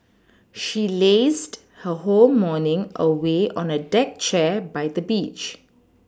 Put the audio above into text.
she lazed her whole morning away on a deck chair by the beach